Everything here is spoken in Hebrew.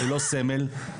ללא סמל,